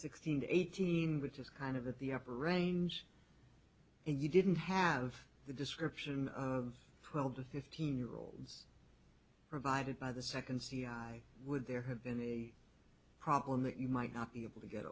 sixteen eighteen which is kind of at the upper range and you didn't have the description of probably fifteen year olds provided by the second c i would there have been a problem that you might not be able to get